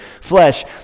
flesh